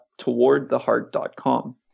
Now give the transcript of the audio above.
TowardTheHeart.com